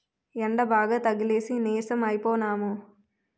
యెండబాగా తగిలేసి నీరసం అయిపోనము